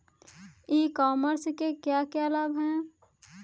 ई commerce के क्या क्या लाभ हैं?